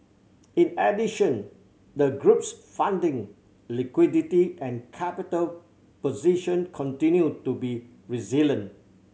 in addition the group's funding liquidity and capital position continued to be resilient